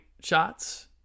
shots